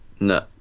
No